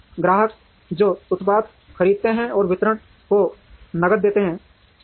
ग्राहक जो उत्पाद खरीदते हैं वितरण को नकद देंगे